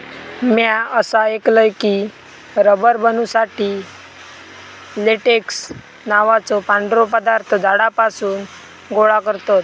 म्या असा ऐकलय की, रबर बनवुसाठी लेटेक्स नावाचो पांढरो पदार्थ झाडांपासून गोळा करतत